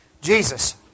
Jesus